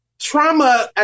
Trauma